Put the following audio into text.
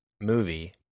movie